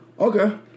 Okay